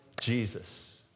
Jesus